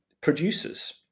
producers